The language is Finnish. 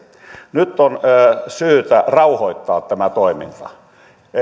nyt on syytä rauhoittaa tämä toiminta